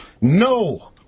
No